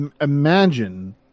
imagine